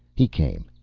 he came.